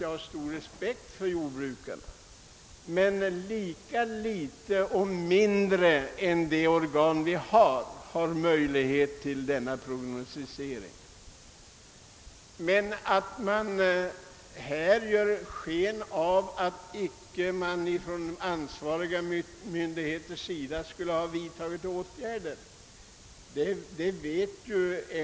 Jag har stor respekt för jordbrukarna, men jag tror inte de har speciella möjligheter att göra upp prognoser över regnmängder. Även reservanterna vet att det är fel att ge sken av att de ansvariga myndigheterna icke skulle ha vidtagit åtgärder.